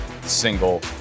single